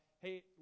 hey